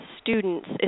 students